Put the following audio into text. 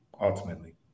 ultimately